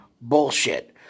bullshit